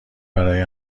برای